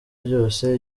ryose